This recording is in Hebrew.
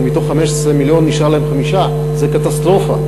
אבל מתוך 15 מיליון נשארו להם 5. זאת קטסטרופה.